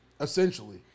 Essentially